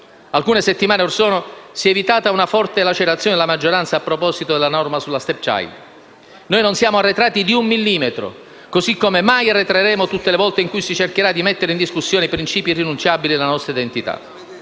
Alcune settimane or sono si è evitata una forte lacerazione nella maggioranza a proposito della norma sulla *stepchild*. Noi non siamo arretrati di un millimetro, così come mai arretreremo tutte le volte in cui si cercherà di mettere in discussione i principi irrinunciabili della nostra identità.